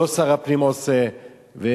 לא שר הפנים עושה והכול